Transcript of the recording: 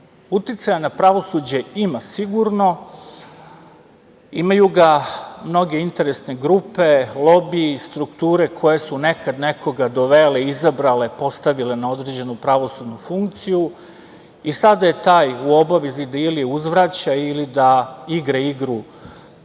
Srbije. Uticaja na pravosuđe ima sigurno. Imaju ga mnogi interesne grupe, lobiji, strukture koje su nekad nekoga dovele, izabrale, postavile na određenu pravosudnu funkciju i sada je taj u obavezi da ili uzvraća ili da igra igru